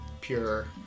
pure